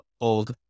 old